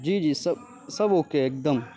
جی جی سب سب اوکے ہے ایک دم